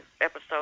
episode